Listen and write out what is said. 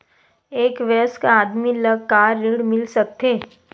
एक वयस्क आदमी ला का ऋण मिल सकथे?